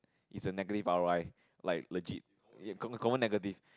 is a negative R_O_I like legit confirm confirm negative